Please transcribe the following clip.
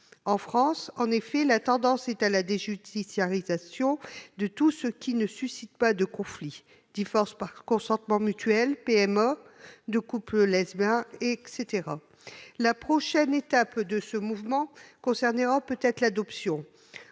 en France, la tendance est à la déjudiciarisation de tout ce qui ne suscite pas de conflits : divorce par consentement mutuel, PMA de couples lesbiens, etc. La prochaine étape concernera peut-être l'adoption.